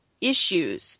issues